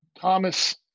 Thomas